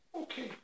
okay